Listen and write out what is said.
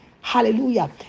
Hallelujah